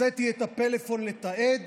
הוצאתי את הפלאפון לתעד